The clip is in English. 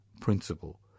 principle